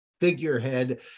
figurehead